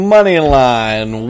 Moneyline